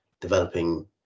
developing